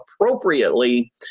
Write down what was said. appropriately